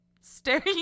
staring